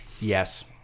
Yes